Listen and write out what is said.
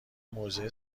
موضع